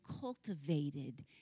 cultivated